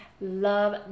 Love